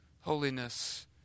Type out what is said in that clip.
holiness